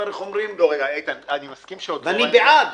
ואני בעד.